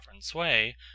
sway